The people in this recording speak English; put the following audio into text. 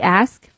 ask